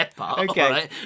Okay